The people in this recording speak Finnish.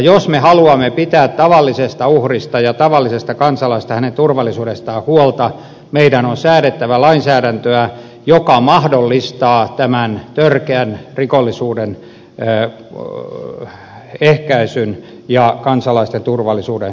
jos me haluamme pitää tavallisesta uhrista ja tavallisesta kansalaisesta ja hänen turvallisuudestaan huolta meidän on säädettävä lainsäädäntöä joka mahdollistaa tämän törkeän rikollisuuden ehkäisyn ja kansalaisten turvallisuuden ylläpidon